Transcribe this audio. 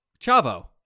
Chavo